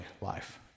life